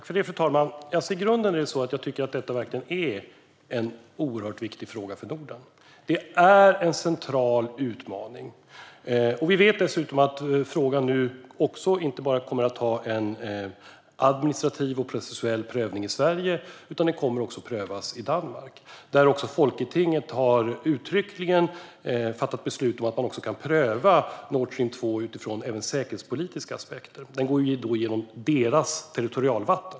Fru talman! I grunden tycker jag att detta verkligen är en oerhört viktig fråga för Norden. Det är en central utmaning. Dessutom vet vi nu att frågan inte bara kommer att få en administrativ och processuell prövning i Sverige, utan den kommer också att prövas i Danmark. Där har folketinget uttryckligen fattat beslut om att man kan pröva Nord Stream 2 även utifrån säkerhetspolitiska aspekter. Den går genom danskt territorialvatten.